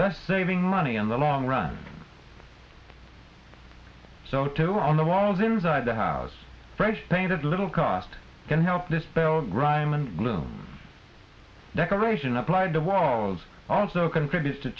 that's saving money in the long run so too on the walls inside the house fresh paint at little cost can help this grime and gloom decoration applied to walls also contributes to